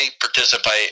participate